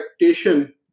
expectation